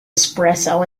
espresso